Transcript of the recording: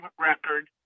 record